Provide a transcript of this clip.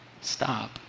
stop